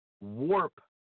warp